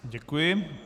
Děkuji.